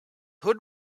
hood